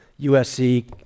USC